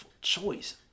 choice